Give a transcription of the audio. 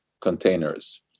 containers